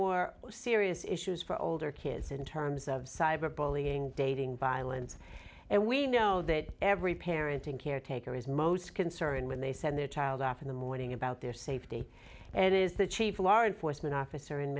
are serious issues for older kids in terms of cyber bullying dating violence and we know that every parenting caretaker is most concerned when they send their child off in the morning about their safety and it is the chief law enforcement officer in